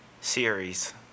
series